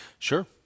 Sure